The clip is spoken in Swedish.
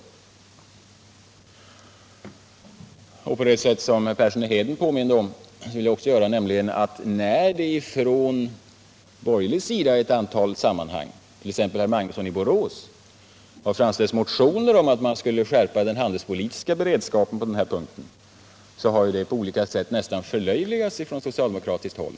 Sedan påminde Arne Persson om en sak, som jag också vill peka på, nämligen att när vi från borgerlig sida i olika sammanhang — t.ex. herr Magnusson i Borås — har väckt motioner om att skärpa den handelspolitiska beredskapen på detta område, så har det nästan förlöjligats på socialdemokratiskt håll.